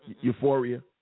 Euphoria